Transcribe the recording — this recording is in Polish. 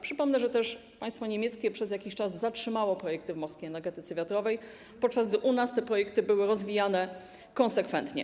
Przypomnę, że też państwo niemieckie przez jakiś czas zatrzymało projekty w morskiej energetyce wiatrowej, podczas gdy u nas te projekty były rozwijane konsekwentnie.